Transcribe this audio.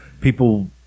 people